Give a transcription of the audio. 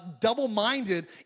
double-minded